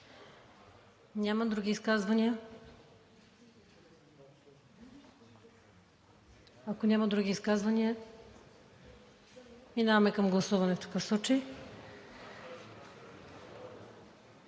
Няма. Други изказвания? Ако няма други изказвания, преминаваме към гласуване в такъв случай.